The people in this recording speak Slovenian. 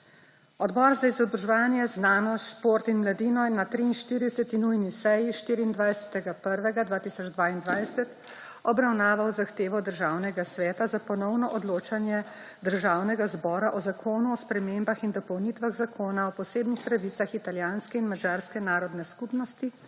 Odbor za izobraževanje, znanost, šport in mladino je na 43. nujni seji 24. 1. 2022 obravnaval zahtevo Državnega sveta za ponovno odločanje Državnega zbora o Zakonu o spremembah in dopolnitvah Zakona o posebnih pravicah italijanske in madžarske narodne skupnosti